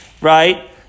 right